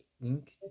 Link